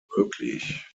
möglich